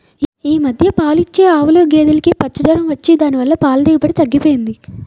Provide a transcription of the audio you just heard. ఈ మధ్య పాలిచ్చే ఆవులు, గేదులుకి పచ్చ జొరం వచ్చి దాని వల్ల పాల దిగుబడి తగ్గిపోయింది